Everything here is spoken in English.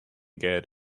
get